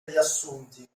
riassunti